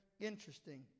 interesting